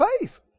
faith